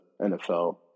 NFL